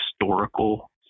historical